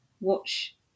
watch